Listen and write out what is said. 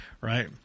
right